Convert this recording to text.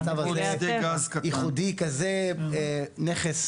המצב הזה ייחודי, נכס